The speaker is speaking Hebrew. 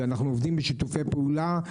ואנחנו עובדים בשיתוף פעולה.